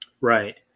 Right